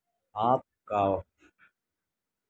آپ کا